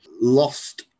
lost